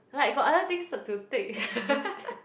like got other things so to take he don't take